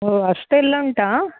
ಓ ಅಷ್ಟೆಲ್ಲಾ ಉಂಟಾ